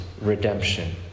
redemption